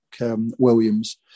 Williams